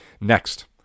Next